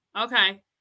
okay